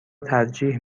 ترجیح